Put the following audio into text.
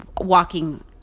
walking